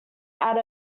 out